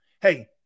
Hey